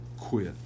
quit